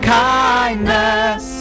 kindness